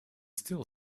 still